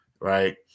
right